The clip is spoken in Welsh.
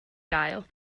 gael